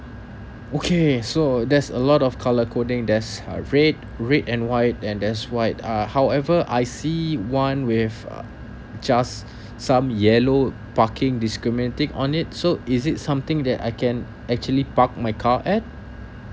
okay so there's a lot of colour coding there's uh red red and white and there's white uh however I see one with uh just some yellow parking discriminating on it so is it something that I can actually park my car at